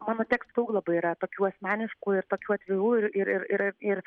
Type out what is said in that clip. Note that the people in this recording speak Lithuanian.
mano tekstų labai yra tokių asmeniškų ir tokių atvirų ir ir ir